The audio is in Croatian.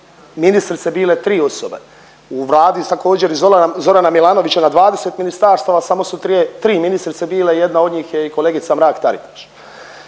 ministrice bile tri osobe. U vladi također i Zorana Milanovića na 20 ministarstava samo su tri ministrice bile, jedna od njih je i kolegica Mrak-Taritaš.